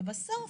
ובסוף,